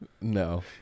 no